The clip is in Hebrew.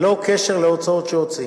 וללא קשר להוצאות שהוציא.